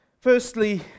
firstly